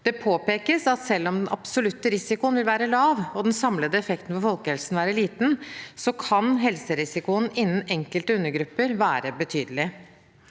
Det påpekes at selv om den absolutte risikoen vil være lav, og den samlede effekten for folkehelsen vil være liten, kan helserisikoen innen enkelte undergrupper være betydelig.